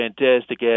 fantastic